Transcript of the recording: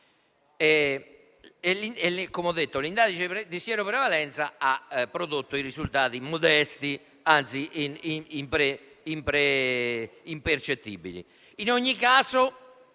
Come ho detto, l'indagine di sieroprevalenza ha prodotto risultati modesti, anzi impercettibili. In ogni caso,